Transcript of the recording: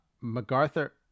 MacArthur